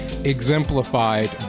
exemplified